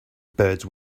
birds